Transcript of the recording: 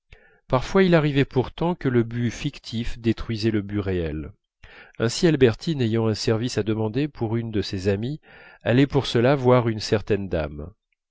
parfois il arrivait pourtant que le but fictif détruisait le but réel ainsi albertine ayant un service à demander pour une de ses amies allait pour cela voir une certaine dame